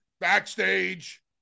backstage